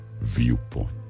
viewpoint